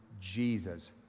Jesus